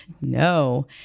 No